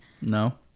No